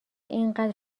اینقدر